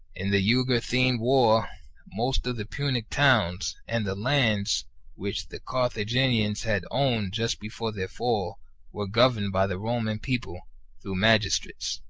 in the jugurthine war most of the punic towns, and the lands which the carthaginians had owned just before their fall were governed by the roman people through magistrates.